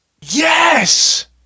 Yes